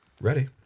Ready